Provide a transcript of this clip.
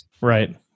Right